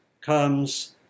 comes